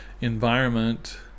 environment